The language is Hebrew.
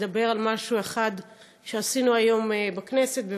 לדבר על משהו אחד שעשינו היום בכנסת,